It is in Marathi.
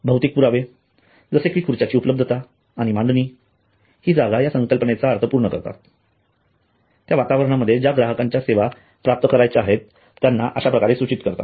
भौतिक पुरावे जसे कि खुर्च्यांची उपलब्धता आणि मांडणी हि जागा या संकल्पनेचा अर्थ पूर्ण करतात आणि त्या वातावरणामध्ये ज्या ग्राहकांच्या सेवा प्राप्त करायच्या आहेत त्यांना अश्याप्रकारे सूचित करतात